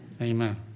Amen